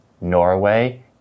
Norway